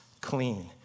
clean